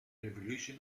revolution